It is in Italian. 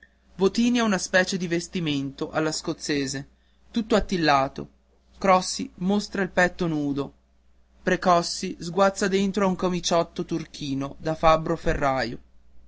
votini ha una specie di vestimento alla scozzese tutto attillato crossi mostra il petto nudo precossi sguazza dentro a un camiciotto turchino da fabbro ferraio